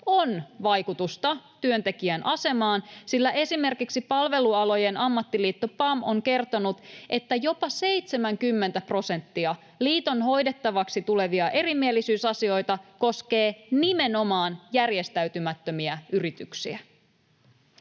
on vaikutusta työntekijän asemaan, sillä esimerkiksi Palvelualojen ammattiliitto PAM on kertonut, että jopa 70 prosenttia liiton hoidettavaksi tulevista erimielisyysasioista koskee nimenomaan järjestäytymättömiä yrityksiä.